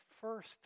first